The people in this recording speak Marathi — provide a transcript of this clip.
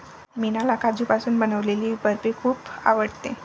मीनाला काजूपासून बनवलेली बर्फी खूप आवडते